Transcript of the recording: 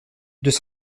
deux